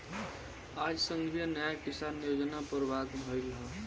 आज संघीय न्याय किसान योजना पर बात भईल ह